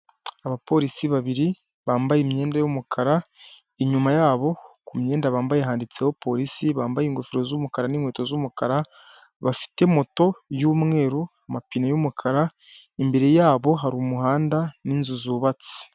Abapolisi babiri bambaye imyenda y'umukara inyuma yabo ku myenda bambaye handitseho polisi, bambaye ingofero z'umukara n'inkweto z'umukara, bafite moto y'umweru, amapine y'umukara, imbere yabo hari umuhanda n'inzu zubatse.